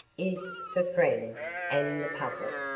is for friends and the public.